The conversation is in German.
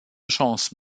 chance